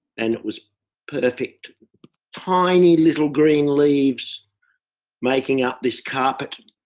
and it was perfect tiny little green leafs making up this carpet.